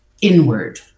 inward